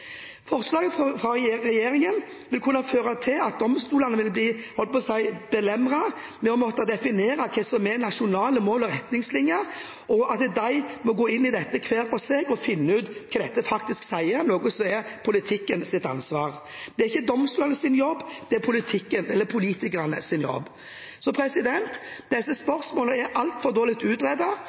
Forslaget fra regjeringen vil kunne føre til at domstolene vil bli – jeg holdt på å si – belemret med å måtte definere hva som er nasjonale mål og retningslinjer, og at de må gå inn i dette hver for seg for å finne ut hva dette faktisk sier, noe som er politikernes ansvar. Det er ikke domstolenes jobb, men politikernes jobb. Disse spørsmålene er